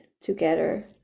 together